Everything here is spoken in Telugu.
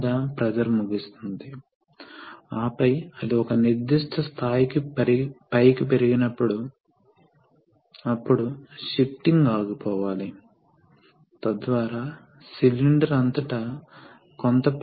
కాబట్టి ప్రస్తుతం ఇది కుడి పొజిషన్లో ఉంది కాబట్టి ఈ వైపు ఆఫ్ లో ఉంది ఈ రిలీఫ్ వాల్వ్ పోర్ట్ ప్లగ్ చేయబడింది కాబట్టి పూర్తి ప్రెషర్ వాస్తవానికి లోడ్కు వర్తించబడుతుంది పైలట్ పోర్ట్ ప్లగ్ చేయబడింది మరియు ఈ సిలిండర్ ఈ విధంగా కదులుతోంది కాబట్టి ఇది ఎక్సటెన్షన్ స్ట్రోక్